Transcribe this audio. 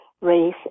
race